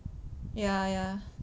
ya ya